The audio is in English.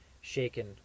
shaken